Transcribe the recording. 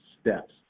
steps